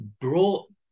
brought